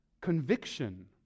conviction